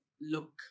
Look